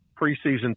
preseason